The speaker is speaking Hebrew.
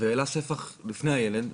והעלה ספח לפני הילד.